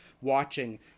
watching